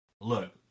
Look